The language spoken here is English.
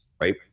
Right